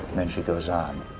then she goes on.